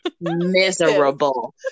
miserable